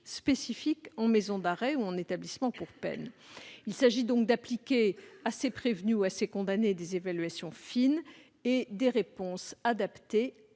spécifiques en maison d'arrêt ou en établissements pour peine. Il s'agit d'appliquer à ces prévenus ou à ces condamnés des évaluations fines et des réponses adaptées